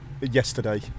yesterday